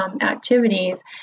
activities